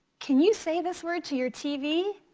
can you say this word to your tv?